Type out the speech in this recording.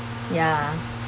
ya